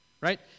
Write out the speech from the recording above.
Right